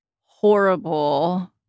horrible